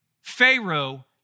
Pharaoh